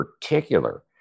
particular